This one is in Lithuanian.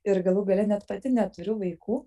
ir galų gale net pati neturiu vaikų